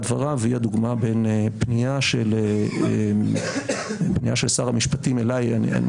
דבריו והיא הדוגמה בין פנייה של שר המשפטים אליי אני